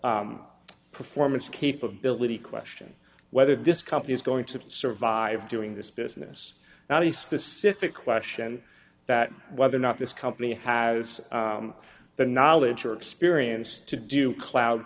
all performance capability question whether this company is going to survive doing this business now the specific question that whether or not this company has the knowledge or experience to do cloud